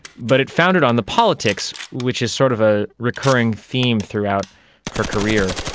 but it foundered on the politics, which is sort of a recurring theme throughout her career.